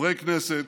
חברי כנסת,